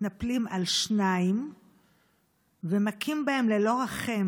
מתנפלים על שניים ומכים בהם ללא רחם